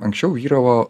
anksčiau vyravo